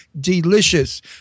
delicious